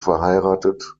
verheiratet